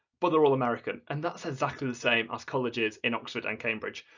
but they're all american and that's exactly the same as colleges in oxford and cambridge.